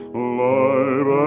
alive